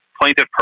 plaintiff